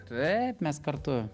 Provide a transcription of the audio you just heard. taip mes kartu